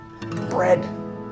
Bread